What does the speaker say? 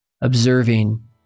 observing